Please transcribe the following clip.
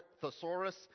Thesaurus